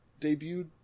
debuted